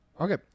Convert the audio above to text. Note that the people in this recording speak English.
okay